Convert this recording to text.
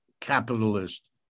capitalist